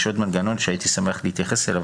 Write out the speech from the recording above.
יש עוד מנגנון שהייתי שמח להתייחס אליו,